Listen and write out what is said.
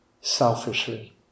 selfishly